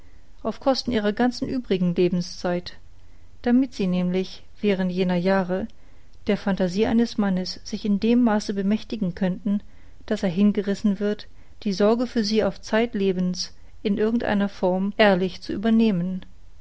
auf kosten ihrer ganzen übrigen lebenszeit damit sie nämlich während jener jahre der phantasie eines mannes sich in dem maße bemächtigen könnten daß er hingerissen wird die sorge für sie auf zeit lebens in irgend einer form ehrlich zu übernehmen